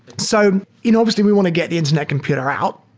so you know obviously, we want to get the internet computer out.